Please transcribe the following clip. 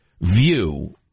view